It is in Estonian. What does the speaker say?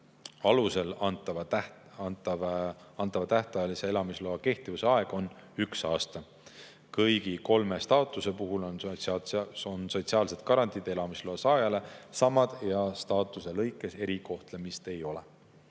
alusel antava tähtajalise elamisloa kehtivuse aeg on üks aasta. Kõigi kolme staatuse puhul on sotsiaalsed garantiid elamisloa saajale samad ja staatuse lõikes erikohtlemist ei ole.